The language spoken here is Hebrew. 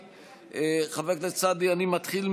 העבירות שיש עימן קלון.